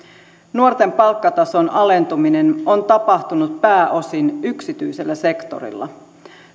nuorten palkkatason alentuminen on tapahtunut pääosin yksityisellä sektorilla